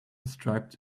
striped